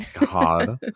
God